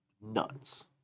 nuts